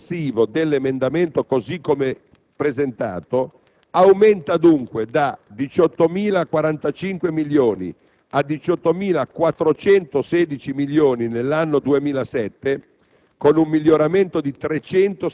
cioè il frutto complessivo dell'emendamento così come presentato, aumenta dunque da 18.045 milioni a 18.416 milioni, nell'anno 2007,